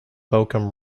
bochum